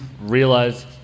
realize